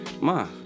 ma